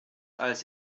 als